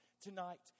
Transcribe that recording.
tonight